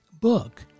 book